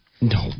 No